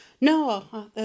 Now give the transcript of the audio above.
No